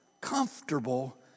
comfortable